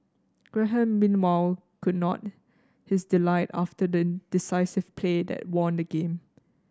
Graham meanwhile could not his delight after the decisive play that won the game